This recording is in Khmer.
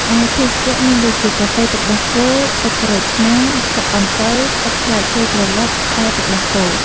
ឯភេសជ្ជៈមានដូចជាកាហ្វេទឹកដោះគោ ទឹកក្រូចឆ្មារ ទឹកអំពៅ ទឹកផ្លែឈើក្រឡុក តែទឹកដោះគោ ។